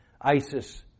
ISIS